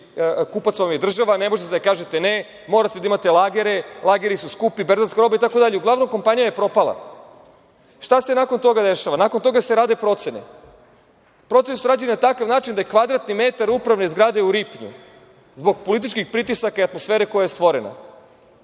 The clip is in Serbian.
kupac vam je država, ne možete da kažete ne, morate da imate lagere. Lageri su skupi, berzanska roba, itd. Uglavnom, kompanija je propala. Šta se nakon toga dešava? Nakon toga se rade procene. Procene su rađene na takav način da je kvadratni metar upravne zgrade u Ripnju, zbog političkih pritisaka i atmosfere koja je stvorena,